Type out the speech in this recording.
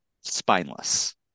spineless